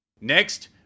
Next